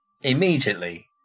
immediately